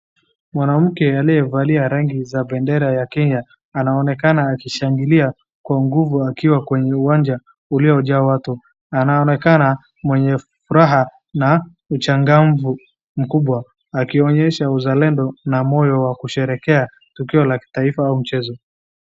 Mwanamke aliyevalia rangi za bendera ya Kenya anaonekana akishangilia kwa nguvu akiwa kwenye uwanja uliojaa watu. Anaonekana mwenye furaha na uchangamfu mkubwa akionyesha uzalendo na moyo wa kusherehekea tukio la kitaifa au mchezo.